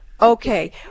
Okay